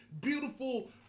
beautiful